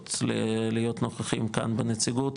לנסות להיות נוכחים כאן בנציגות,